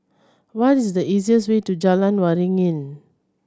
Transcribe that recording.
what is the easiest way to Jalan Waringin